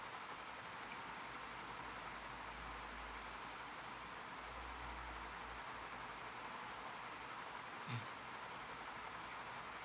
mm